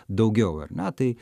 daugiau ar ne tai